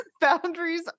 boundaries